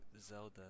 Zelda